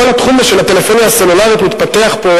כל התחום של הטלפוניה הסלולרית מתפתח פה,